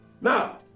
Now